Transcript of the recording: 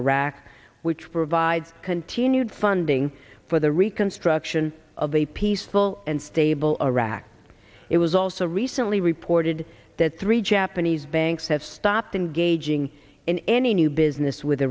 iraq which provides continued funding for the reconstruction of a peaceful and stable iraq it was also recently reported that three japanese banks have stopped engaging in any new business with